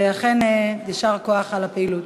אכן, יישר כוח על הפעילות.